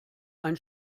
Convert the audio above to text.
ein